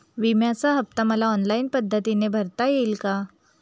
विम्याचा हफ्ता मला ऑनलाईन पद्धतीने भरता येईल का?